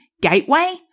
gateway